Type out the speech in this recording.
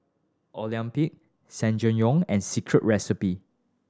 Olympus Ssangyong and Secret Recipe